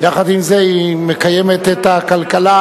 יחד עם זה, היא מקיימת את הכלכלה.